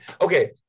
okay